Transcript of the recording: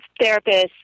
therapist